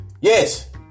Yes